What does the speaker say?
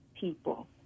people